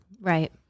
Right